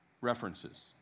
references